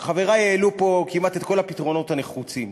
חברי העלו פה כמעט את כל הפתרונות הנחוצים.